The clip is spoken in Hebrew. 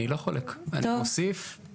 גיורא ואלה: אני לא חולק, אני מוסיף ומחדד.